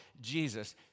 Jesus